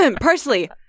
Parsley